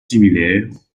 similaires